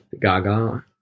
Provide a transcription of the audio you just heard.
Gaga